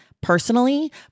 personally